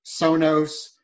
Sonos